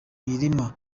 mirima